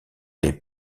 les